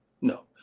No